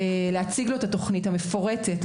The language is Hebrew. להציג לו את התוכנית המפורטת,